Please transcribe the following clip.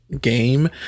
game